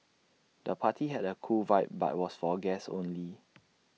the party had A cool vibe but was for guests only